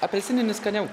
apelsininis skaniau